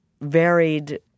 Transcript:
varied